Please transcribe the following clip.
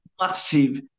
Massive